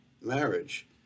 marriage